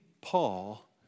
Paul